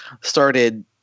started